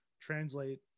translate